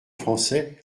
français